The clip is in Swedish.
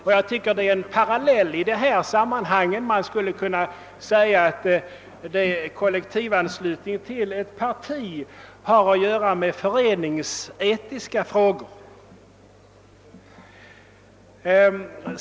Här föreligger en parallell — man skulle kunna säga att kollektivanslutning till ett parti är en föreningsetisk fråga.